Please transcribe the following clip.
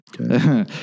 Okay